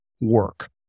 work